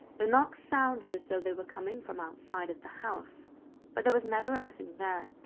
the knocks sounded as though they were coming from outside of the house but, there was never anything there.